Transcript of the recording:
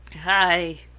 hi